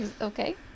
Okay